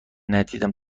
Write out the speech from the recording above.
ندیدم